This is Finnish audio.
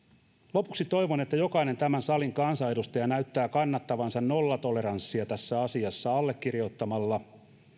lopuksi toivon että jokainen tämän salin kansanedustaja näyttää kannattavansa nollatoleranssia tässä asiassa allekirjoittamalla